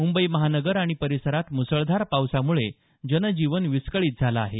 मुंबई महानगर आणि परिसरात मुसळधार पावसामुळे जनजीवन विस्कळीत झालं आहे